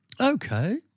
Okay